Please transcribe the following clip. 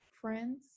friends